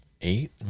Eight